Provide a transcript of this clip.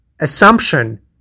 assumption